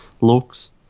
looks